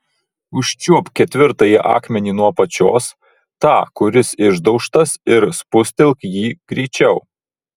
užčiuopk ketvirtąjį akmenį nuo apačios tą kuris išdaužtas ir spustelk jį greičiau